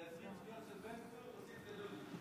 את ה-20 שניות של בן צור תוסיף לדודי.